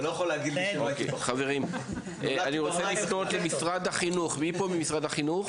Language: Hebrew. לשמוע מה משרד החינוך